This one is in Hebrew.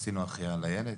עשינו החייאה לילד,